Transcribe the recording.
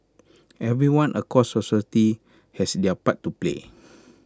everyone across society has their part to play